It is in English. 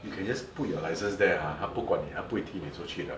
you can just put your license there ha 不管你他不会踢出去的